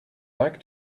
like